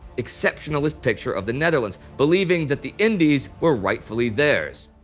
exceptionalist picture of the netherlands, believing that the indies were rightfully theirs.